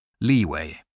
Leeway